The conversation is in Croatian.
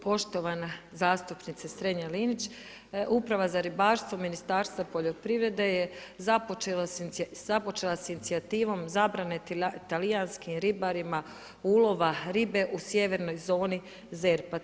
Poštovana zastupnice Strenja-Linić, Uprava za ribarstvo, Ministarstva poljoprivrede je započela s inicijativom zabrane talijanskim ribarima ulova ribe u sjevernoj zoni ZERP-a.